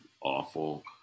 awful